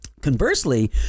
Conversely